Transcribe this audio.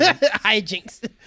Hijinks